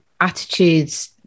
attitudes